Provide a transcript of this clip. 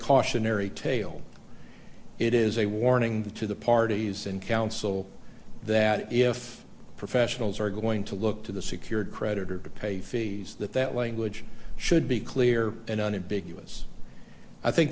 cautionary tale it is a warning to the parties and counsel that if professionals are going to look to the secured creditor to pay fees that that language should be clear and unambiguous i think